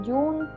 June